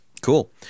Cool